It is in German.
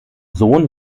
sohn